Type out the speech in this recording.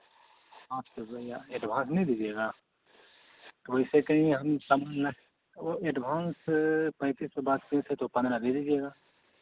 पाँच तो भैया एडव्हांस नहीं दीजिएगा तो वैसे कहीं हम सामान ला वह एडव्हांस पैंतीस सौ बात हुई तो पंद्रह दे दीजिएगा